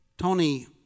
Tony